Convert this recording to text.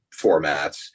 formats